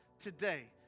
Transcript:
today